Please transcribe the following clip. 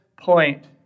point